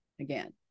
again